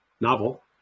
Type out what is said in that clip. novel